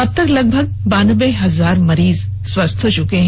अब तक लगभग बानबे हजार मरीज स्वस्थ हो चुके हैं